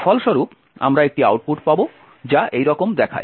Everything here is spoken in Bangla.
ফলস্বরূপ আমরা একটি আউটপুট পাব যা এইরকম দেখায়